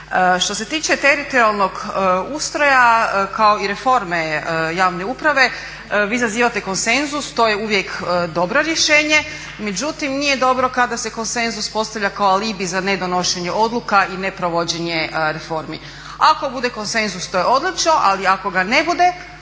Što se tiče teritorijalnog ustroja kao i reforme javne uprave vi zazivate konsenzus. To je uvijek dobro rješenje, međutim nije dobro kada se konsenzus postavlja kao alibi za nedonošenje odluka i neprovođenje reformi. Ako bude konsenzus to je odlično, ali ako ga ne bude